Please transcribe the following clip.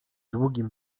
długim